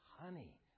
honey